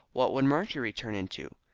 what would mercury turn into?